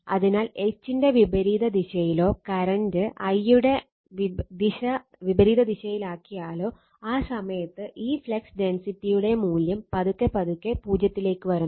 അതിനാൽ H ന്റെ വിപരീത ദിശയിലോ കറന്റ് I യുടെ ദിശ വിപരീത ദിശയിലാക്കിയാലോ ആ സമയത്ത് ഈ ഫ്ലക്സ് ഡെൻസിറ്റിയുടെ മൂല്യം പതുക്കെ പതുക്കെ 0 ലേക്ക് വരുന്നു